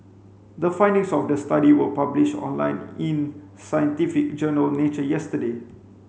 the findings of the study were published online in scientific journal Nature yesterday